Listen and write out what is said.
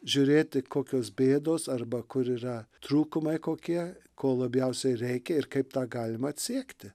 žiūrėti kokios bėdos arba kur yra trūkumai kokie ko labiausiai reikia ir kaip tą galima atsiekti